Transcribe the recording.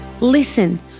Listen